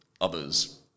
Others